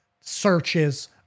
searches